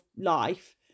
life